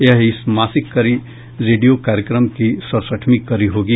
यह इस मासिक रेडियो कार्यक्रम की सड़सठवीं कड़ी होगी